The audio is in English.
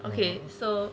okay so